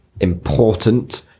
important